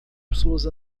pessoas